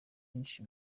byinshi